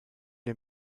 est